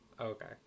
Okay